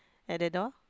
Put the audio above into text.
at that door